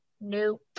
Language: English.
nope